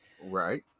Right